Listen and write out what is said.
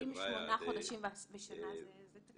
--- אם שמונה חודשים בשנה זה תקין.